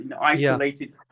isolated